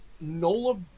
Nola